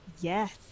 Yes